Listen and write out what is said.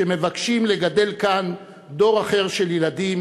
שמבקשים לגדל כאן דור אחר של ילדים